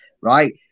right